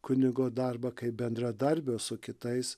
kunigo darbą kaip bendradarbio su kitais